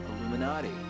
Illuminati